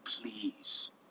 please